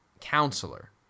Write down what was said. counselor